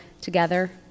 together